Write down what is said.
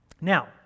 Now